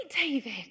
David